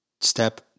Step